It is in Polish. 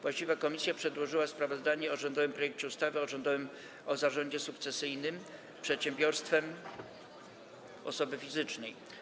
Właściwa komisja przedłożyła sprawozdanie o rządowym projekcie ustawy o zarządzie sukcesyjnym przedsiębiorstwem osoby fizycznej.